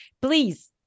please